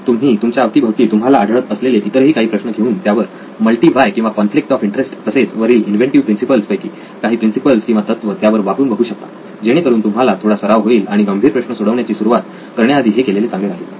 तर तुम्ही तुमच्या अवतीभवती तुम्हाला आढळत असलेले इतरही काही प्रश्न घेऊन त्यावर मल्टी व्हाय किंवा कॉन्फ्लिक्ट ऑफ इंटरेस्ट तसेच वरील इन्व्हेंटिव्ह प्रिन्सिपल्स पैकी काही प्रिन्सिपल्स किंवा तत्व त्यावर वापरून बघू शकता जेणेकरून तुम्हाला थोडा सराव होईल आणि गंभीर प्रश्न सोडवण्याची सुरुवात करण्याआधी हे केलेले चांगले राहील